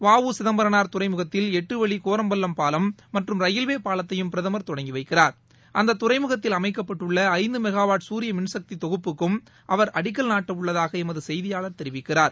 வ உ சிதம்பரம்னார் துறைமுகத்தில் எட்டு வழி கோரம்பள்ளம் பாலம் மற்றும் ரயில்வே பாலத்தையும் பிரதமர் தொடங்கி வைக்கிறார் அந்த துறைமுகத்தில் அமைக்கப்பட்டுள்ள ஐந்து மெகாவாட் சூரிய மின்சக்தி தொகுப்புக்கும் அவர் அடிக்கல் நாட்டவுள்ளதாக எமது செய்தியாளர் தெரிவிக்கிறார்